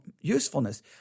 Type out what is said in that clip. usefulness